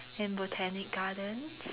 in Botanic Gardens